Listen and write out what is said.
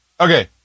Okay